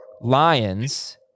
Lions